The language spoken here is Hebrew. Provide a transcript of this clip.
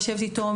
יושבת איתו,